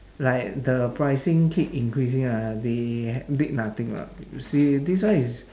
like the pricing keep increasing ah they did nothing lah you see this one is